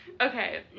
okay